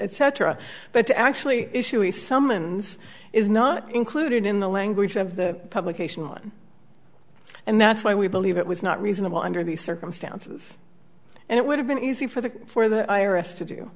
cetera but to actually issue a summons is not included in the language of the publication and that's why we believe it was not reasonable under these circumstances and it would have been easy for the for the i r s to do